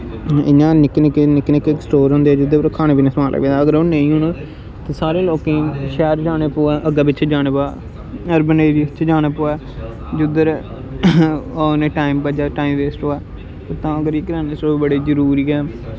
इ'यां निक्के निक्के निक्के स्टोर होंदे जिध्दर खाने पीने दा समान रक्खे दे होंदा अगर ओह् नेईं होन ते सारें लोकें गी शैह्र जाना पवै अग्गें पिच्छें जाना पवै अर्बन एरियां च जाना पवै जिद्धर उ'नें टाईम बजे टाईम बेस्ट होऐ तां करियै करैना स्टोर बड़े जरूरी ऐ